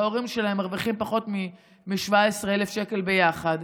וההורים שלהם מרוויחים פחות מ-17,000 ביחד.